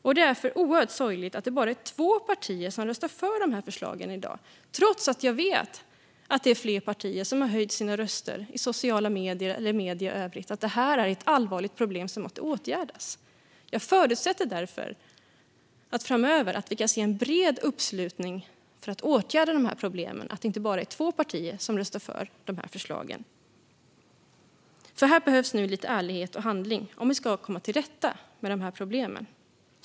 Det är därför oerhört sorgligt att det bara är två partier som röstar för förslagen i dag, trots att jag vet att flera partier har höjt sina röster i sociala medier och i medierna i övrigt för att detta är ett allvarligt problem som måste åtgärdas. Jag förutsätter därför att vi framöver får se en bred uppslutning för att åtgärda problemen och att det inte bara är två partier som röstar för förslagen. Här behövs nu lite ärlighet och handling om vi ska komma till rätta med problemen. Fru talman!